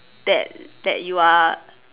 that that you are